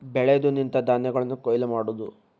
ಬೆಳೆದು ನಿಂತ ಧಾನ್ಯಗಳನ್ನ ಕೊಯ್ಲ ಮಾಡುದು